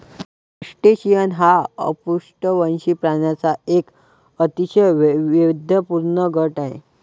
crustacean हा अपृष्ठवंशी प्राण्यांचा एक अतिशय वैविध्यपूर्ण गट आहे